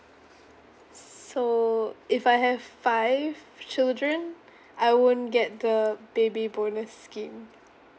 so if I have five children I won't get the baby bonus scheme